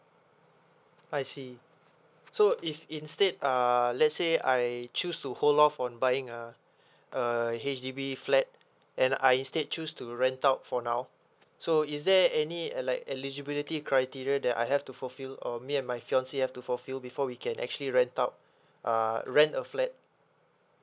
I see so if instead uh let's say I choose to hold off on buying uh a H_D_B flat and I stayed choose to rent out for now so is there any eli~ eligibility criteria that I have to fulfill or me and my fiancee have to fulfill before we can actually rent out uh rent a flat